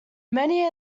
many